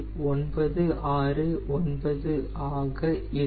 969 ஆக இருக்கும்